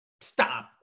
stop